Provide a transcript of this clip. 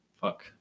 Fuck